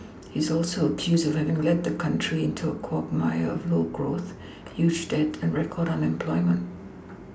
he is also accused of having led the country into a quagmire of low growth huge debt and record unemployment